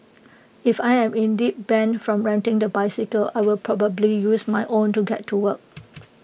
if I am indeed banned from renting the bicycle I will probably use my own to get to work